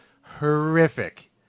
horrific